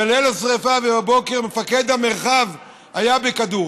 בליל השרפה ובבוקר מפקד המרחב היה בכדורי.